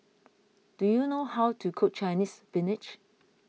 do you know how to cook Chinese Spinach